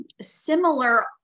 similar